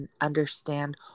understand